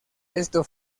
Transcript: esto